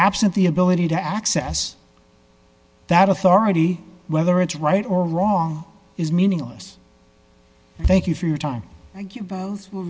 absent the ability to access that authority whether it's right or wrong is meaningless thank you for your time thank you both will